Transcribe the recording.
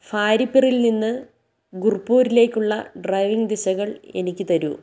ഫാരിപിറിൽ നിന്ന് ഗുർപൂരിലേക്കുള്ള ഡ്രൈവിംഗ് ദിശകൾ എനിക്ക് തരൂ